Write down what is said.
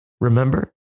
Remember